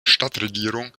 stadtregierung